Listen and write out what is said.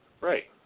Right